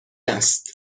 است